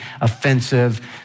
offensive